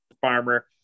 farmer